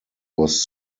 was